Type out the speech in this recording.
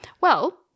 Well-